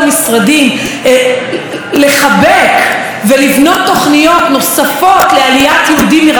לחבק ולבנות תוכניות נוספות לעליית יהודים מרחבי העולם כולו,